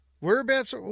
Whereabouts